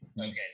Okay